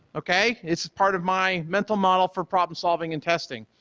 okay? it's a part of my mental model for problem solving in testing.